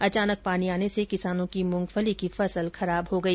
अचानक पानी आने से किसानों की मूंगफली की फसल खराब हो गई